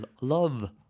love